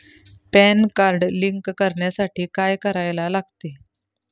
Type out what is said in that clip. Pan card link करण्यासाठी काय करायला लागते?